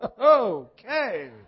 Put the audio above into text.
Okay